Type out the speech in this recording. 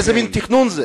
איזה מין תכנון זה?